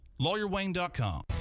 LawyerWayne.com